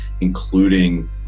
including